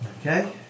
Okay